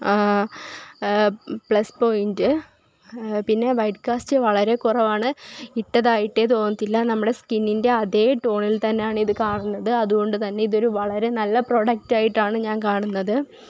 plus point പിന്നെ white cast വളരെ കുറവാണ് ഇട്ടതായിട്ടേ തോന്നത്തില്ല നമ്മുടെ സ്കിന്നിന്റെ അതെ ടോണില് തന്നെയാണ് ഇത് കാണുന്നത് അതുകൊണ്ടു തന്നെ ഇതൊരു വളരെ നല്ല പ്രോടക്റ്റ് ആയിട്ടാണ് ഞാന് കാണുന്നത്